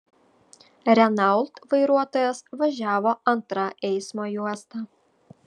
renault vairuotojas važiavo antrą eismo juosta